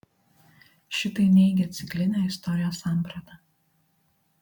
šitai neigia ciklinę istorijos sampratą